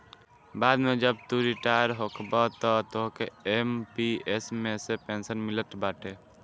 बाद में जब तू रिटायर होखबअ तअ तोहके एम.पी.एस मे से पेंशन मिलत बाटे